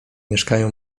mieszkają